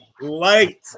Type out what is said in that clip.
light